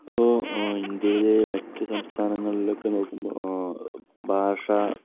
ഇപ്പോൾ ഇന്ത്യയിലെ മറ്റു സംസ്ഥാനങ്ങളിലൊക്കെ നോക്കുമ്പോൾ ഭാഷ